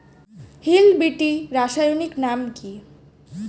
Hill বিটি রাসায়নিক নাম কি?